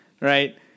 Right